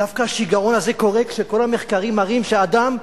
ודווקא השיגעון הזה קורה כשכל המחקרים מראים שהאדם,